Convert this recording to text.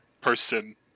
person